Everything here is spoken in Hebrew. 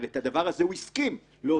אבל את הדבר הזה הוא הסכים להוציא,